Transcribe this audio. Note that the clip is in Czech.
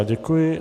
Děkuji.